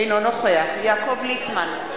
אינו נוכח יעקב ליצמן,